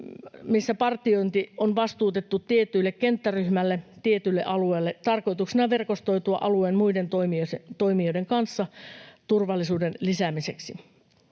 jossa partiointi on vastuutettu tietylle kenttäryhmälle ja tietylle alueelle tarkoituksena verkostoitua alueen muiden toimien toimijoiden kanssa turvallisuuden lisäämiseksi.